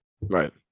Right